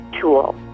tool